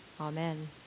amen